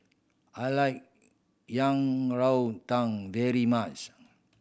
I like Yang Rou Tang very much